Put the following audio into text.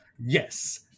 Yes